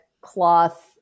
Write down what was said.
cloth